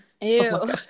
Ew